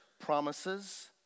promises